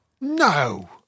No